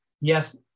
yes